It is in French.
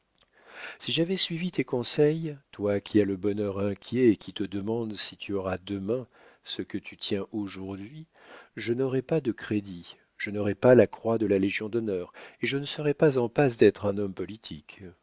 si j'avais suivi tes conseils toi qui as le bonheur inquiet et qui te demandes si tu auras demain ce que tu tiens aujourd'hui je n'aurais pas de crédit je n'aurais pas la croix de la légion-d'honneur et je ne serais pas en passe d'être un homme politique